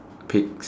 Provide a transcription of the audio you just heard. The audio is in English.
pigs